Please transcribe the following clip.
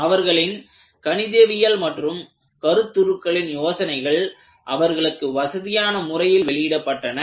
அவர்களின் கணிதவியல் மற்றும் கருத்துருக்களின் யோசனைகள் அவர்களுக்கு வசதியான முறையில் வெளியிடப்பட்டன